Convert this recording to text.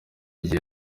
igihe